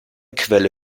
quelle